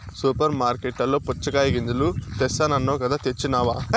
super మార్కట్లలో పుచ్చగాయ గింజలు తెస్తానన్నావ్ కదా తెచ్చినావ